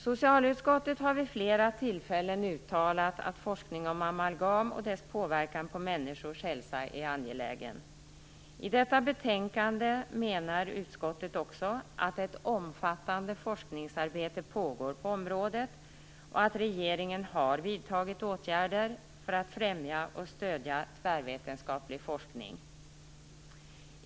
Socialutskottet har vid flera tillfällen uttalat att forskning om amalgam och dess påverkan av människors hälsa är angelägen. I detta betänkande menar utskottet också att ett omfattande forskningsarbete pågår på området och att regeringen har vidtagit åtgärder för att främja och stödja tvärvetenskaplig forskning.